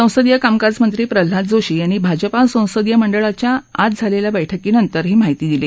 संसदीय कामकाजमंत्री प्रल्हाद जोशी यांनी भाजपा संसदीय मंडळाच्या बैठकीनंतर ही माहिती दिली